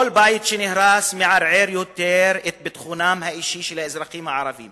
כל בית שנהרס מערער יותר את ביטחונם האישי של האזרחים הערבים